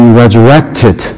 resurrected